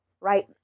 right